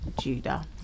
Judah